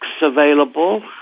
available